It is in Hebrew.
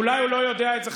אולי הוא לא יודע את זה,